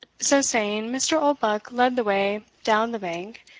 so saying, mr. oldbuck led the way down the bank,